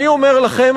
אני אומר לכם,